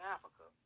Africa